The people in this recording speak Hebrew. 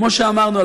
כמו שאמרנו,